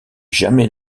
jamais